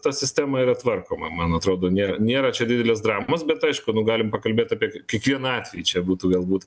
ta sistema yra tvarkoma man atrodo nė nėra čia didelės dramos bet aišku nu galim pakalbėt apie kiekvieną atvejį čia būtų galbūt